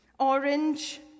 orange